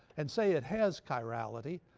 and say it has chirality,